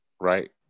Right